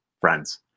friends